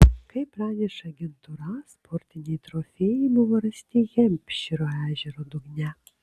kaip praneša agentūra sportiniai trofėjai buvo rasti hempšyro ežero dugne